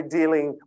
dealing